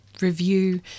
review